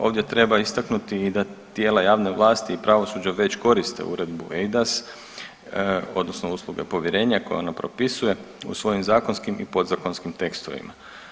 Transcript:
Ovdje treba istaknuti i da tijela javne vlasti i pravosuđa već koriste Uredbu EIDAS odnosno usluge povjerenja koje ona propisuje u svojim zakonskim i podzakonskim tekstovima.